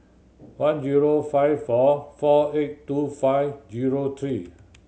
one zero five four four eight two five zero three